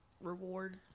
reward